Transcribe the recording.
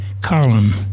column